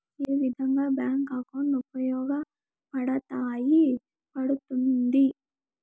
ఏ విధంగా bank account ఉపయోగపడతాయి పడ్తుంది